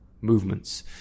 movements